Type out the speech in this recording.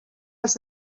als